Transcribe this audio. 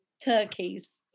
Turkeys